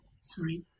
sorry